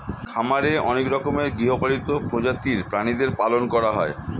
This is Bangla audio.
খামারে অনেক রকমের গৃহপালিত প্রজাতির প্রাণীদের পালন করা হয়